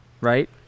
right